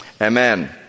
Amen